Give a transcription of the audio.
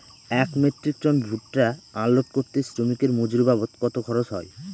এক metric ton ভুট্টা unload করতে শ্রমিকের মজুরি বাবদ কত খরচ হয়?